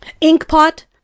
Inkpot